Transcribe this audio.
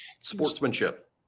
sportsmanship